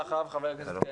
ואחריו חבר הכנסת קלנר.